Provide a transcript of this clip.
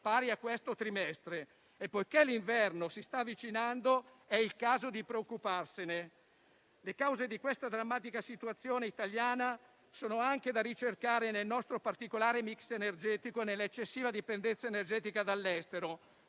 pari a questo trimestre. Poiché l'inverno si sta avvicinando, è il caso di preoccuparsene. Le cause di questa drammatica situazione italiana sono anche da ricercare nel nostro particolare *mix* energetico e nell'eccessiva dipendenza energetica dall'estero: